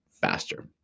faster